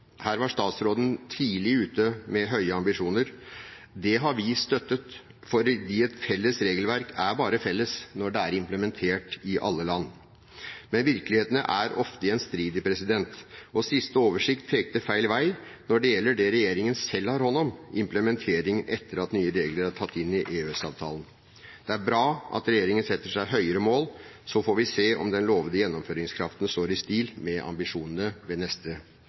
her hos oss. Her var statsråden tidlig ute med høye ambisjoner. Det har vi støttet, fordi et felles regelverk er bare felles når det er implementert i alle land. Men virkeligheten er ofte gjenstridig, og siste oversikt pekte feil vei når det gjelder det regjeringen selv har hånd om, implementering etter at nye regler er tatt inn i EØS-avtalen. Det er bra at regjeringen setter seg høyere mål. Så får vi se om den lovede gjennomføringskraften står i stil med ambisjonene ved neste